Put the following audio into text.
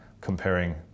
comparing